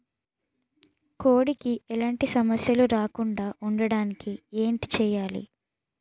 కోడి కి ఎలాంటి సమస్యలు రాకుండ ఉండడానికి ఏంటి చెయాలి?